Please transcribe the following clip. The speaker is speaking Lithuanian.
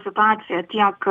situacija tiek